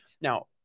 now